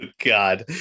God